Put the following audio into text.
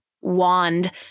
wand